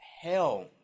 hell